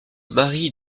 mari